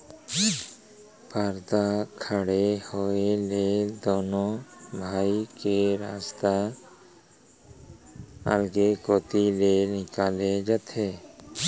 परदा खड़े होए ले दुनों भाई के रस्ता अलगे कोती ले निकाले जाथे